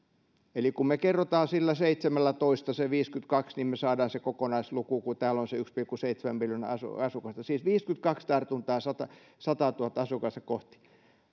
eli kun me kerromme seitsemällätoista sen viisikymmentäkaksi niin me saamme sen kokonaisluvun kun täällä on se yksi pilkku seitsemän miljoonaa asukasta siis viisikymmentäkaksi tartuntaa sataatuhatta asukasta kohti